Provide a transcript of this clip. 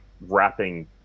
wrapping